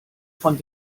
von